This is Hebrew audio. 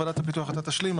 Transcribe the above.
ועדת הפיתוח אתה תשלים.